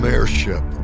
Airship